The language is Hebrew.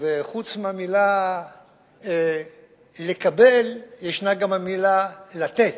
וחוץ מהמלה "לקבל" ישנה גם המלה "לתת".